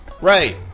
Right